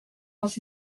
dans